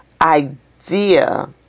idea